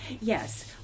Yes